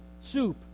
soup